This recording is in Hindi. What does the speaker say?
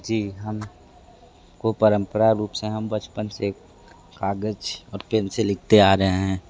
जी हम को परम्परा रूप से हम बचपन से कागज़ और पेन से लिखते आ रहे हैं